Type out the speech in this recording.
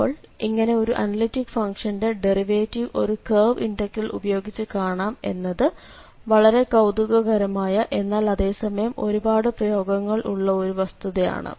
അപ്പോൾ ഇങ്ങനെ ഒരു അനലിറ്റിക്ക് ഫംഗ്ഷന്റെ ഡെറിവേറ്റിവ് ഒരു കേർവ് ഇന്റഗ്രൽ ഉപയോഗിച്ചു കാണാം എന്നത് വളരെ കൌതുകകരമായ എന്നാൽ അതേ സമയം ഒരുപാട് പ്രയോഗങ്ങൾ ഉള്ള ഒരു വസ്തുത ആണ്